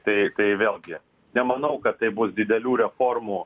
tai tai vėlgi nemanau kad tai bus didelių reformų